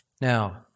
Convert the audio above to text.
Now